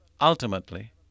ultimately